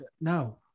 no